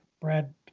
brad